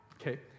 okay